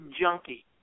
junkie